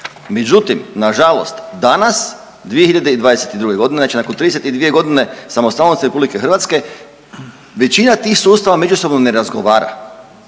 međutim nažalost danas 2022. godine znači nakon 32 godine samostalnosti RH većina tih sustava međusobno ne razgovara.